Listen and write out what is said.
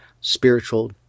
spiritual